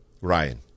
Ryan